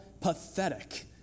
pathetic